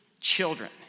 children